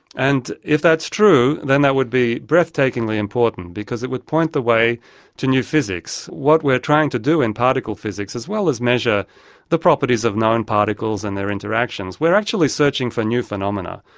and if that's true then that would be breathtakingly important because it would point the way to new physics. what we're trying to do in particle physics, as well as measure the properties of known particles and their interactions, we are actually searching for new phenomena,